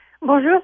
Bonjour